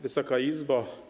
Wysoka Izbo!